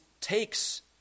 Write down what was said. takes